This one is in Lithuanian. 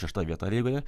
šešta vieta a lygoje